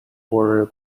poorer